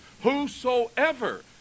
Whosoever